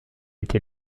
été